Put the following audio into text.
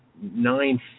nine